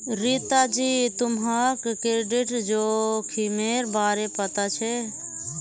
रीता जी, तुम्हाक क्रेडिट जोखिमेर बारे पता छे?